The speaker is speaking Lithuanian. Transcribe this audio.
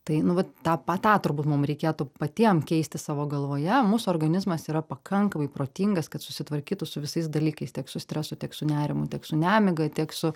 tai nu vat tą pa tą turbūt mum reikėtų patiem keisti savo galvoje mūsų organizmas yra pakankamai protingas kad susitvarkytų su visais dalykais tiek su stresu tiek su nerimu tiek su nemiga tiek su